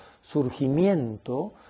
surgimiento